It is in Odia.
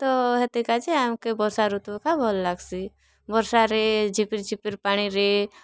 ତ ହେଥିର୍ କାଜି ଆମ୍କେ ବର୍ଷା ଋତୁ ଏକା ବହୁତ ଭଲ ଲାଗ୍ସି ବର୍ଷାରେ ଝିପିର୍ ଝିପିର୍ ପାଣିରେ